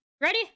Ready